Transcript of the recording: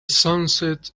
sunset